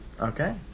Okay